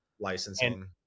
Licensing